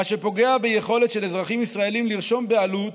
מה שפוגע ביכולת של אזרחים ישראלים לרשום בעלות